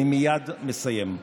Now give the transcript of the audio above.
אני מייד מסיים.